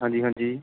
ਹਾਂਜੀ ਹਾਂਜੀ